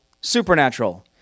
supernatural